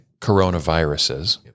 coronaviruses